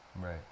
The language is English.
Right